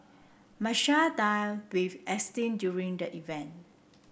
Marshall dined with Einstein during the event